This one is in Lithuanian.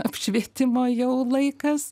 apšvietimo jau laikas